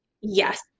Yes